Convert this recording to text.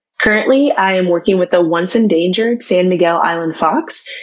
currently, i am working with the once-endangered san miguel island fox,